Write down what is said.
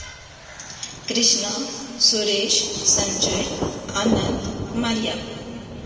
Krishna Suresh Sanjay Anand Maria